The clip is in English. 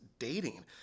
dating